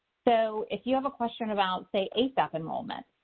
so if you have a question about, say asap enrollment,